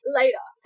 later